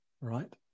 right